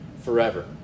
forever